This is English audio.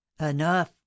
enough